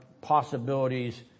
possibilities